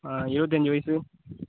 இருபத்தஞ்சு வயது